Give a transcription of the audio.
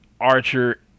Archer